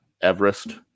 everest